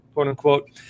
quote-unquote